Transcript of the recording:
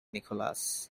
nicholas